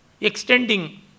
extending